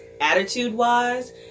attitude-wise